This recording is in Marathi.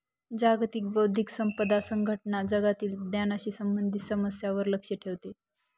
जागतिक बौद्धिक संपदा संघटना जगातील ज्ञानाशी संबंधित समस्यांवर लक्ष ठेवते